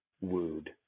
wooed